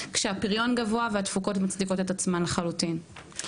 כשהפריון גבוה והתפוקות מצדיקות את עצמן לחלוטין.